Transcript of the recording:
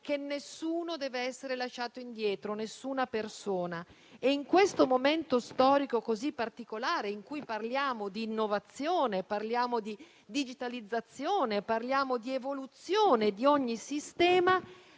che nessuna persona deve essere lasciata indietro. E in questo momento storico così particolare, in cui parliamo di innovazione, di digitalizzazione e di evoluzione di ogni sistema,